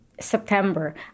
September